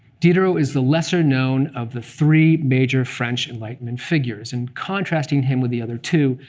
diderot is the lesser known of the three major french enlightenment figures. and contrasting him with the other two,